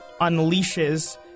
unleashes